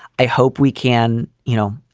i hope we can, you know,